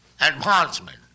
advancement